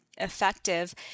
effective